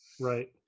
Right